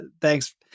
thanks